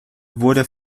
wurde